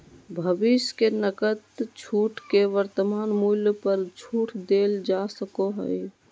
भविष्य के नकद छूट के वर्तमान मूल्य पर छूट देल जा सको हइ